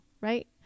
right